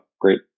great